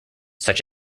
such